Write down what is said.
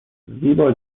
زیبا